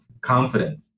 confidence